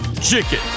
Chicken